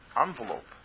envelope